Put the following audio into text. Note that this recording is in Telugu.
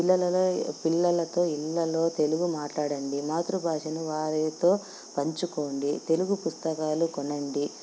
పిల్లలల పిల్లలతో ఇళ్లలో తెలుగు మాట్లాడండి మాతృభాషను వారితో పంచుకోండి తెలుగు పుస్తకాలు కొనండి